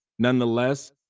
Nonetheless